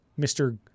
Mr